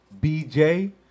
B-J